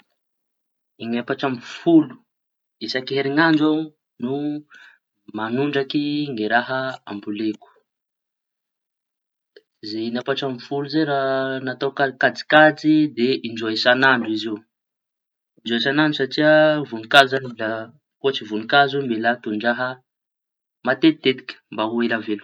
In-efatra amby folo isan-keriñandro aho no mañondraky ny raha amboleko. Zay in-efatra amby folo zay no atao kajy kajy de in-droa isañandro izy io in-droa isanandro. Satria voninkazo zañy mila ohatry voñinkazo, mila tondraha matetitetiky mba ho ela velo.